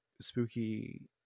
spooky